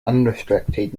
unrestricted